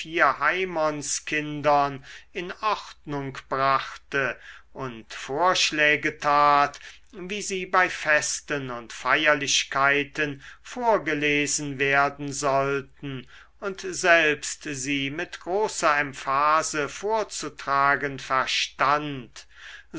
haimonskindern in ordnung brachte und vorschläge tat wie sie bei festen und feierlichkeiten vorgelesen werden sollten auch selbst sie mit großer emphase vorzutragen verstand